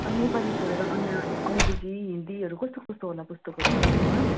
नेपाली छोडेर अन्य अङ्ग्रेजी हिन्दीहरू कस्तो कस्तो होला पुस्तकहरू तपाईँकोमा